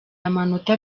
amanota